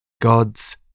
God's